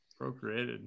Procreated